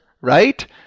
right